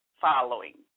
following